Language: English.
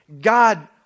God